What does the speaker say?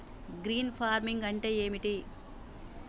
Green farming అంటే ఏమిటి?